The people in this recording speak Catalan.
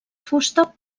fusta